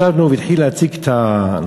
ישבנו והוא התחיל להציג את הנושא,